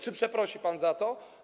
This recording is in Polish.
Czy przeprosi pan za to?